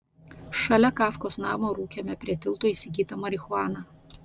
šalia kafkos namo rūkėme prie tilto įsigytą marihuaną